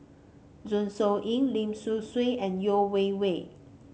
Zeng Shouyin Lim Sun Gee and Yeo Wei Wei